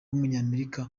w’umunyamerika